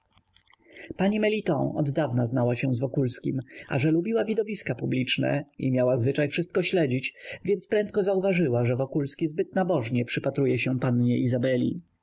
pani meliton oddawna znała się z wokulskim a że lubiła widowiska publiczne i miała zwyczaj wszystko śledzić więc prędko zauważyła że wokulski zbyt nabożnie przypatruje się pannie izabeli